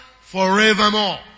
forevermore